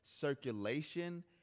circulation